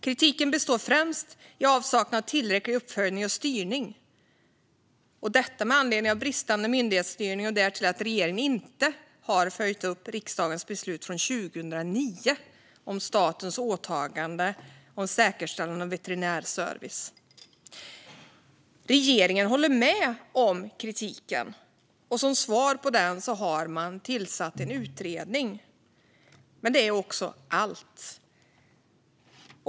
Kritiken består främst i avsaknad av tillräcklig uppföljning och styrning, detta med anledning av bristande myndighetsstyrning och därtill att regeringen inte har följt upp riksdagens beslut från 2009 om statens åtagande om säkerställande av veterinär service. Regeringen håller med om kritiken, och som svar på den har man tillsatt en utredning. Men det är också allt.